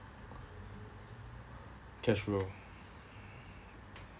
cash flow